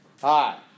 hi